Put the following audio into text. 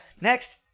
next